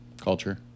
culture